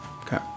Okay